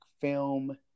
film